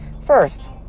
First